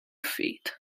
feet